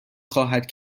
خواهد